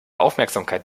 aufmerksamkeit